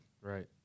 Right